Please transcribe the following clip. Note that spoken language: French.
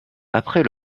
après